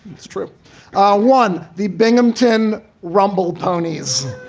this trip won the binghamton rumbold ponies.